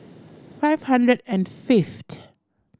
five hundred and fifth